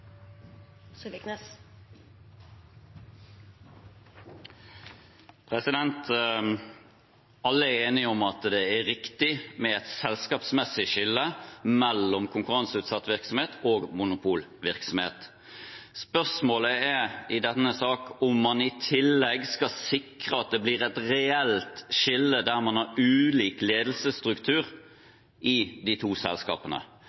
enige om at det er riktig med et selskapsmessig skille mellom konkurranseutsatt virksomhet og monopolvirksomhet. Spørsmålet i denne saken er om man i tillegg skal sikre at det blir et reelt skille, der man har ulik ledelsesstruktur i de to selskapene,